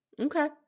Okay